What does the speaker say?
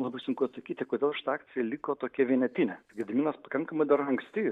labai sunku atsakyti kodėl šita akcija liko tokia vienetinė gediminas pakankamai dar anksti